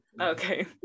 okay